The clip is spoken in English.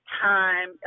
time